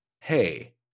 hey